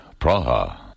Praha